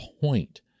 point